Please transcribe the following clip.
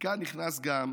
וכאן גם נכנס כל